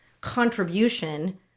contribution